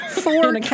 four